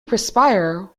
perspire